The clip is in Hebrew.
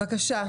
בבקשה,